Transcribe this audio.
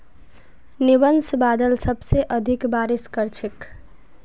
nimbus बादल सबसे अधिक बारिश कर छेक